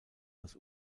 als